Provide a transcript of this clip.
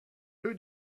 who